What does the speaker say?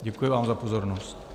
Děkuji vám za pozornost.